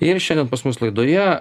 ir šiandien pas mus laidoje